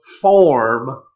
form